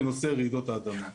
לנושא רעידות האדמה.